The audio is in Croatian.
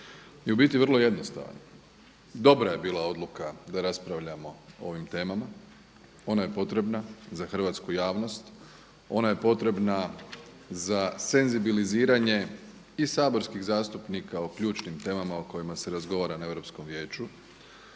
je u biti vrlo jednostavan. Dobra je bila odluka da raspravljamo o ovim temama. Ona je potrebna za hrvatsku javnost. Ona je potrebna za senzibiliziranje i saborskih zastupnika o ključnim temama o kojima se razgovara na Europskom vijeću.